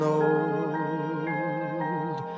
old